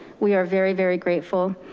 we are very, very grateful.